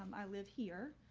um i live here.